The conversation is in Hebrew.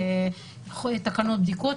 תקנות בדיקות,